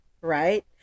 right